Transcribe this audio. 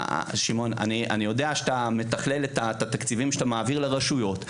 אני יודע שאתה מתכלל את התקציבים שאתה מעביר לרשויות.